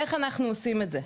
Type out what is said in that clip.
איך אנחנו עושים את זה,